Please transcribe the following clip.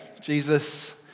Jesus